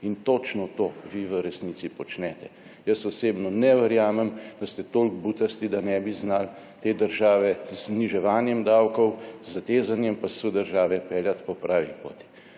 In točno to vi v resnici počnete. Jaz osebno ne verjamem, da ste toliko butasti, da ne bi znali te države z zniževanjem davkov, z zatezanjem pasu države peljati po pravi poti.